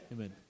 Amen